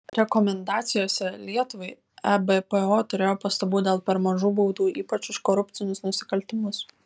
rekomendacijose lietuvai ebpo turėjo pastabų dėl per mažų baudų ypač už korupcinius nusikaltimus